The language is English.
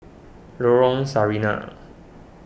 Lorong Sarina